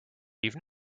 leave